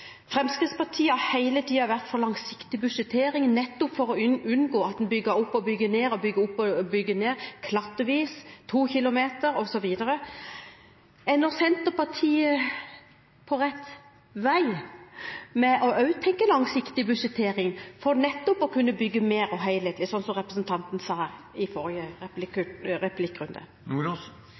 Fremskrittspartiet har hele tiden vært for langsiktig budsjettering nettopp for å unngå at en bygger opp og bygger ned og bygger opp og bygger ned, klattvis, 2 kilometer osv. Er nå Senterpartiet på rett vei med også å tenke langsiktig budsjettering, for nettopp å kunne bygge mer helhetlig, slik som representanten sa her i forrige